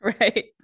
right